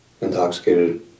intoxicated